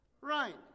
Right